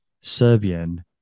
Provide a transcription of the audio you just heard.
Serbian